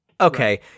okay